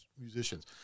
musicians